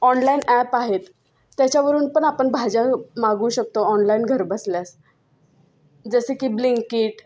online app आहेत त्याच्यावरून पण आपण भाज्या मागवू शकतो ऑनलाईन घरबसल्याच जसे की ब्लिंकिट